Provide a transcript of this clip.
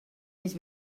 més